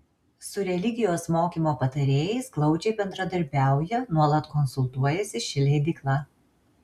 su religijos mokymo patarėjais glaudžiai bendradarbiauja nuolat konsultuojasi ši leidykla